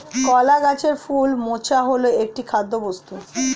কলা গাছের ফুল মোচা হল একটি খাদ্যবস্তু